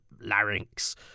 larynx